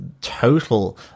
total